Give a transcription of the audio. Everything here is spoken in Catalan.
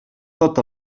tot